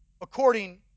according